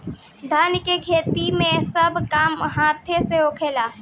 धान के खेती मे सब काम हाथे से होला